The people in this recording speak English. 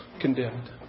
condemned